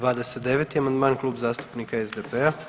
29. amandman Klub zastupnika SDP-a.